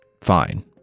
Fine